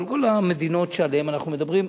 כל המדינות שעליהן אנחנו מדברים,